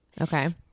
Okay